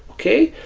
okay?